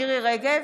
מירי מרים רגב,